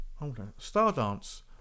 Stardance